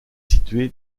situé